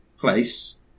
place